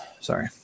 Sorry